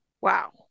wow